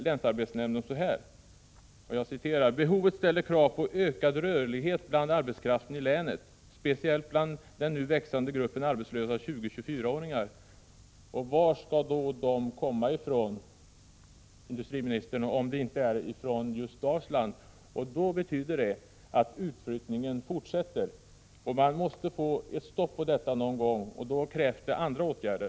Länsarbetsnämnden säger: ”Behovet ställer krav på ökad rörlighet bland arbetskraften i länet, speciellt bland den nu växande gruppen arbetslösa 20-24-åringar.” Varifrån skall arbetstagarna i dessa fall komma, industriministern, om inte just från Dalsland? Det betyder att utflyttningen från Dalsland kommer att fortsätta. Man måste någon gång få stopp på detta, och då krävs det andra åtgärder.